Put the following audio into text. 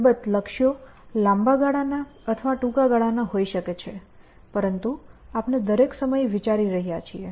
અલબત્ત લક્ષ્યો લાંબા ગાળાના અથવા ટૂંકા ગાળાના હોઈ શકે છે પરંતુ આપણે દરેક સમય વિચારી રહ્યા છીએ